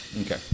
Okay